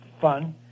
fun